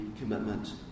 commitment